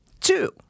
Two